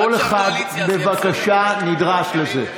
כל אחד בבקשה נדרש לזה.